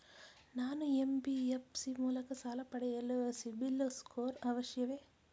ನಾನು ಎನ್.ಬಿ.ಎಫ್.ಸಿ ಮೂಲಕ ಸಾಲ ಪಡೆಯಲು ಸಿಬಿಲ್ ಸ್ಕೋರ್ ಅವಶ್ಯವೇ?